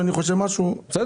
אני רוצה להתקדם.